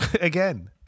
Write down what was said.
Again